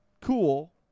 cool